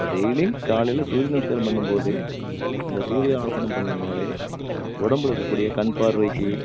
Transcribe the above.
daily காலையில் சூரியநமஸ்காரம் பண்ணும்போதே அந்த சூரிய ஆசனம் பண்ணுன்னாலே உடம்புல இருக்கக்கூடிய கண் பார்வைக்கு